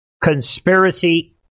conspiracy